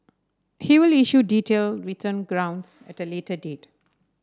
he will issue detail written grounds at a later date